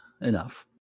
enough